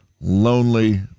lonely